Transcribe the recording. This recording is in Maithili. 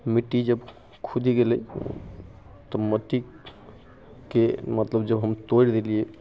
मिट्टी जब खुदि गेलै तऽ मट्टीके मतलब जब हम तोड़ि देलियै